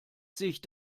sich